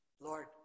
Lord